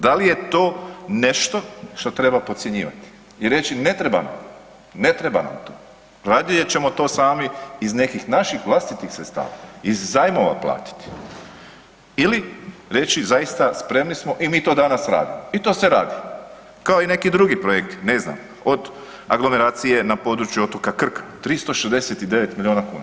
Da li je to nešto što treba podcjenjivati i reći ne treba nam, ne treba nam to, radije ćemo to sami iz nekih naših vlastitih sredstava iz zajmova platiti ili reći zaista spremni smo i mi to danas radimo i to se radi kao i neki drugi projekti, ne znam od aglomeracije na području otoka Krka 369 milijuna kuna.